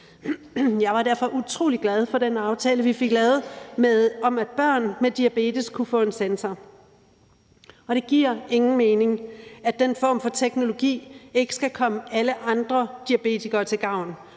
Jeg var derfor utrolig glad for den aftale, vi fik lavet, om, at børn med diabetes kunne få en sensorbaseret glukosemåler, og det giver ingen mening, at den form for teknologi ikke skal komme alle andre diabetikere til gavn,